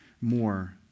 more